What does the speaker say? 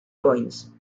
coins